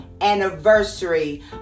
anniversary